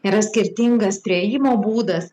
yra skirtingas priėjimo būdas